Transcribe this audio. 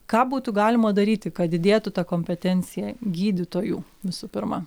ką būtų galima daryti kad didėtų ta kompetencija gydytojų visų pirma